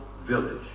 village